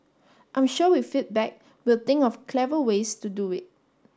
I'm sure with feedback we'll think of clever ways to do it